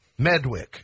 Medwick